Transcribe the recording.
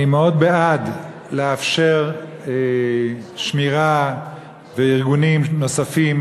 אני מאוד בעד לאפשר שמירה וקיום ארגונים נוספים,